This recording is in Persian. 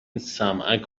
سمعک